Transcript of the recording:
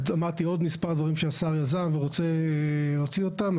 מספר דברים שהשר יזם ורוצה להוציא אותם.